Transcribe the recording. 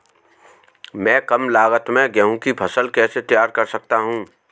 मैं कम लागत में गेहूँ की फसल को कैसे तैयार कर सकता हूँ?